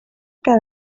que